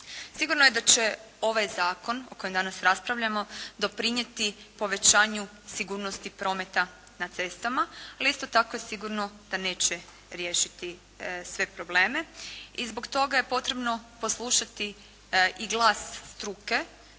Sigurno je da će ovaj zakon o kojem danas raspravljamo doprinijeti povećanju sigurnosti prometa na cestama ali isto tako je sigurno da neće riješiti sve probleme i zbog toga je potrebno poslušati i glas struke